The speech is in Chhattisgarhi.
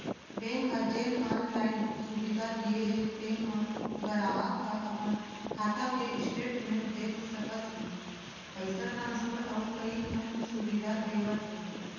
बेंक ह जेन आनलाइन सुबिधा दिये हे तेन म गराहक ह अपन खाता के स्टेटमेंट देख सकत हे, पइसा ट्रांसफर अउ कइ ठन सुबिधा देवत हे